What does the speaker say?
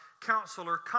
Counselor